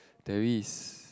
there is